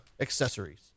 accessories